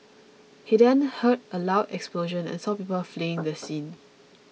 he then heard a loud explosion and saw people fleeing the scene